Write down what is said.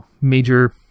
major